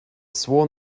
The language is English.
sworn